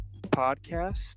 podcast